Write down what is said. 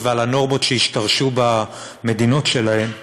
ועל הנורמות שהשתרשו במדינות שלהם,